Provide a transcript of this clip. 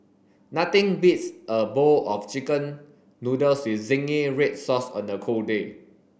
nothing beats a bowl of chicken noodles with zingy red sauce on a cold day